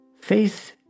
Faith